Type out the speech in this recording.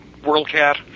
WorldCat